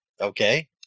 Okay